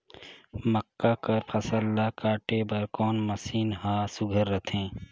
मक्का कर फसल ला काटे बर कोन मशीन ह सुघ्घर रथे?